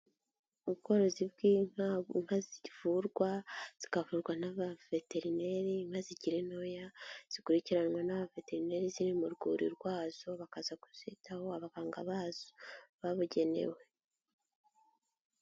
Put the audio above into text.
Ubworozi bw'inka, inka zivurwa zikavurwa n'aba veterineri, inka zikiri ntoya zikurikiranwa n'abaveterineri ziri mu rwuri rwazo, bakaza kuzitaho abaganga bazo babugenewe.